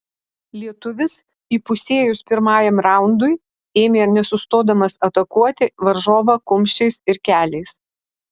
lietuvis įpusėjus pirmajam raundui ėmė nesustodamas atakuoti varžovą kumščiais ir keliais